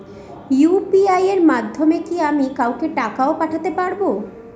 UPI এর মাধ্যমে কি আমি কাউকে টাকা ও পাঠাতে পারবো?